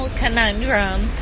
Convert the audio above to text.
conundrum